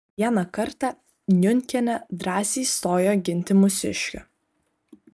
vieną kartą niunkienė drąsiai stojo ginti mūsiškių